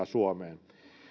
suomeen